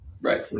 Right